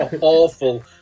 awful